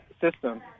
system